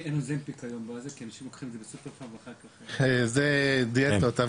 כי אנשים לוקחים את זה בסופרפארם ואחר כך --- זה דיאטות,